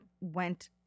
went